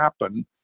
happen